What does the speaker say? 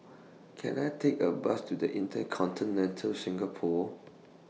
Can I Take A Bus to The InterContinental Singapore